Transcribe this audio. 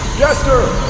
gaster